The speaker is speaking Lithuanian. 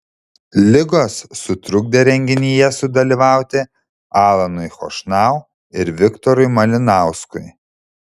ligos sutrukdė renginyje sudalyvauti alanui chošnau ir viktorui malinauskui